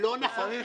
לא נכון.